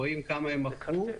רואים כמה הם מכרו,